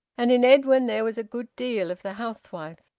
and in edwin there was a good deal of the housewife.